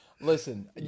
Listen